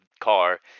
car